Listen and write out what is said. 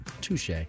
Touche